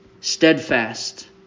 steadfast